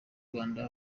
rwanda